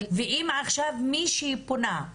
אם עכשיו מישהי פונה,